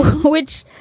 which,